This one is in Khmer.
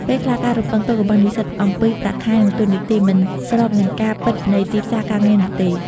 ពេលខ្លះការរំពឹងទុករបស់និស្សិតអំពីប្រាក់ខែ និងតួនាទី មិនស្របនឹងការពិតនៃទីផ្សារការងារនោះទេ។